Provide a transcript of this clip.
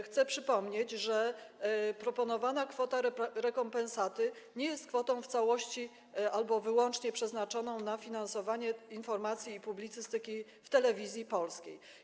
Chcę przypomnieć, że proponowana kwota rekompensaty nie jest kwotą w całości albo wyłącznie przeznaczoną na finansowanie informacji i publicystyki w Telewizji Polskiej.